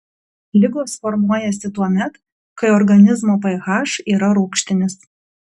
ligos formuojasi tuomet kai organizmo ph yra rūgštinis